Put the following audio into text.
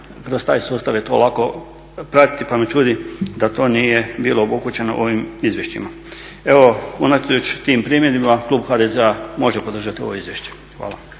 Kroz taj sustav je to lako pratiti pa me čudi da to nije bilo obuhvaćeno ovim izvješćima. Evo, unatoč tim primjedbama klub HDZ-a može podržati ovo izvješće. Hvala.